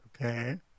Okay